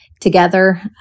together